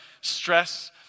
stress